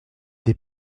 des